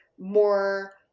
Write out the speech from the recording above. more